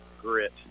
grit